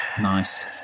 Nice